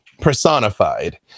personified